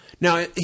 Now